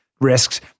risks